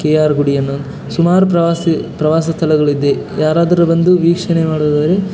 K R Gudi ಅನ್ನೋದು ಸುಮಾರು ಪ್ರವಾಸಿ ಪ್ರವಾಸಿ ಸ್ಥಳಗಳು ಇದೆ ಯಾರಾದರೂ ಬಂದು ವೀಕ್ಷಣೆ ಮಾಡೋದಾದ್ರೆ